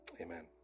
Amen